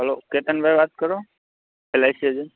hello કેતનભાઈ વાત કરો એલ આઈ સી એજન્ટ